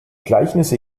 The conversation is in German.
gleichnisse